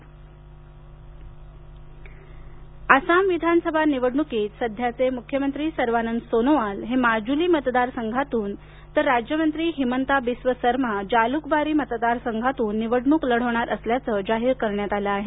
भाजप आसाम आसाम विधानसभा निवडणूकीत सध्याचे मुख्यमंत्री सर्वानंद सोनोवाल हे माजुली मतदार संघातून तर राज्यमंत्री हिमंता बिस्व शर्मा जालूकबारी मतदार संघातून निवडणूक लढवणार असल्याचं जाहीर करण्यात आलं आहे